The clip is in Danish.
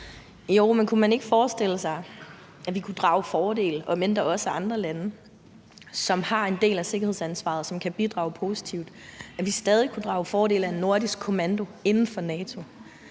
Jo, men kunne man ikke forestille sig, at vi, om end der også er andre lande, som har en del af sikkerhedsansvaret, og som kan bidrage positivt, stadig kunne drage fordel af en nordisk kommando inden for NATO,